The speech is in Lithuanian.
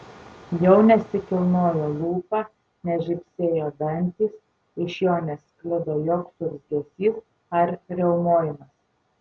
jau nesikilnojo lūpa nežybsėjo dantys iš jo nesklido joks urzgesys ar riaumojimas